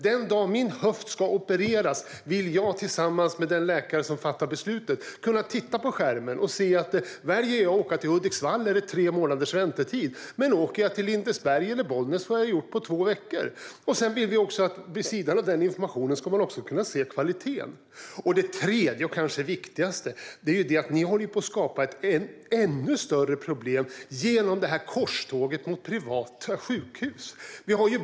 Den dag min höft behöver opereras vill jag tillsammans med den läkare som fattar beslutet kunna titta på skärmen och se att om jag väljer att åka till Hudiksvall är det tre månaders väntetid, men åker jag till Lindesberg eller Bollnäs får jag det gjort på två veckor. Sedan vill vi att man vid sidan av den informationen också ska kunna se kvaliteten. Det kanske viktigaste är att ni håller på att skapa ett ännu större problem genom det här korståget mot privata sjukhus.